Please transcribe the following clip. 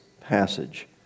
passage